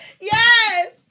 Yes